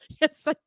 yes